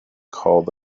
called